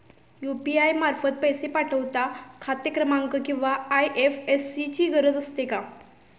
UPI मार्फत पैसे पाठवता खाते क्रमांक किंवा आय.एफ.एस.सी ची गरज असते का?